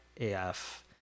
af